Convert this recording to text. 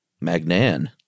Magnan